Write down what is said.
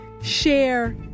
Share